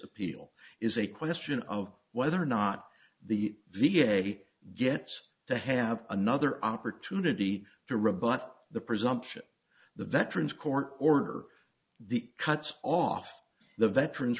appeal is a question of whether or not the v a gets to have another opportunity to rebut the presumption the veterans court order the cuts off the veterans